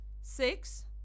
Six